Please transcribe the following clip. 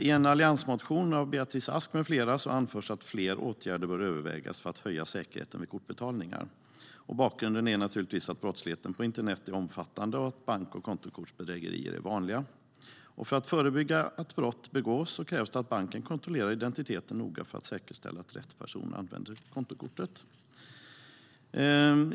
I en alliansmotion av Beatrice Ask med flera anförs att fler åtgärder bör övervägas för att höja säkerheten vid kortbetalningar. Bakgrunden är att brottsligheten på internet är omfattande och att bank och kontokortsbedrägerier är vanliga. För att förebygga att brott begås krävs det att banken kontrollerar identiteten noga för att säkerställa att rätt person använder kontokortet.